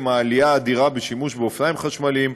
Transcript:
העלייה האדירה בשימוש באופניים חשמליים,